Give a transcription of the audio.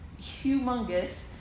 humongous